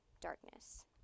darkness